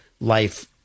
life